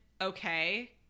Okay